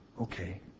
okay